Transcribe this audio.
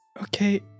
okay